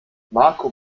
marco